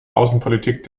außenpolitik